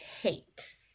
hate